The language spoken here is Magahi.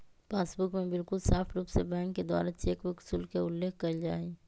पासबुक में बिल्कुल साफ़ रूप से बैंक के द्वारा चेकबुक शुल्क के उल्लेख कइल जाहई